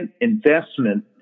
investment